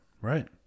right